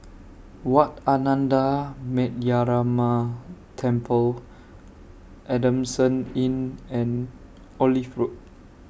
Wat Ananda Metyarama Temple Adamson Inn and Olive Road